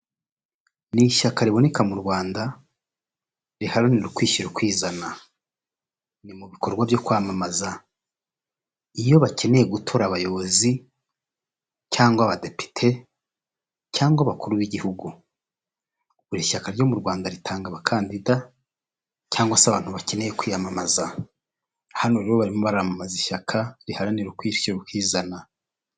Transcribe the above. Ni ishyaka riboneka mu Rwanda riharanira ukwishyira ukizana ni mu bikorwa byo kwamamaza iyo bakeneye gutora abayobozi cyangwa abadepite cyangwa abakuru b'igihugu ,buri shyaka ryo mu Rwanda ritanga abakandida cyangwa se abantu bakeneye kwiyamamaza hano rero barimo baramamaza ishyaka riharanira ukwishyira ukizana.